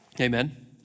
Amen